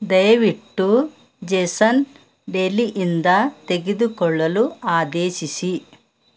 ದಯವಿಟ್ಟು ಜೇಸನ್ ಡೆಲಿಯಿಂದ ತೆಗೆದುಕೊಳ್ಳಲು ಆದೇಶಿಸಿ